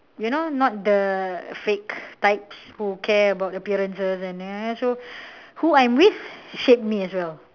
you know not the fake types who care about appearances and err so who I'm with shape me as well